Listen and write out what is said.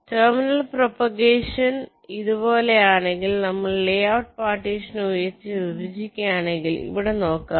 terminal പ്രൊപ്പഗേഷൻഇതുപോലെയാണ്നമ്മൾ layout നെ partition ഉപയോഗിച്ച് വിഭജിക്കുക യാണെങ്കിൽ ഇവിടെ നോക്കുക